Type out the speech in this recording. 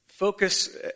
Focus